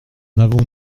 avons